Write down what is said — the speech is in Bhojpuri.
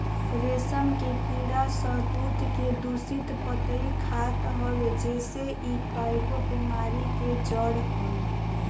रेशम के कीड़ा शहतूत के दूषित पतइ खात हवे जेसे इ कईगो बेमारी के जड़ हवे